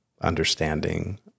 understanding